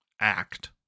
act